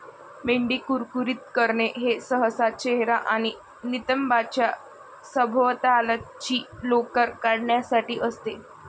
मेंढी कुरकुरीत करणे हे सहसा चेहरा आणि नितंबांच्या सभोवतालची लोकर काढण्यासाठी असते